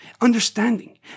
understanding